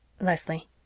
Leslie